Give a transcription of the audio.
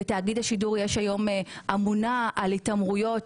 בתאגיד השידור יש היום מישהי שאמונה על התעמרויות.